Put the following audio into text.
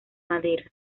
madera